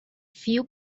few